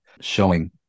showing